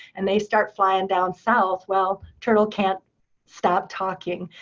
and they start flying down south. well, turtle can't stop talking,